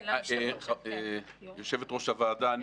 אני